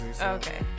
Okay